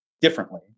differently